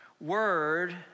word